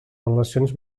relacions